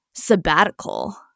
sabbatical